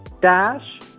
dash